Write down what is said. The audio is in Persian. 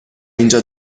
اینجا